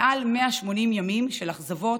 למעלה מ-180 ימים של אכזבות,